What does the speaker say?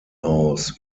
aus